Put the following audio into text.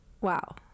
Wow